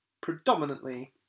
predominantly